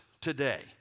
today